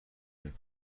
این